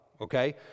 okay